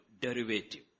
derivative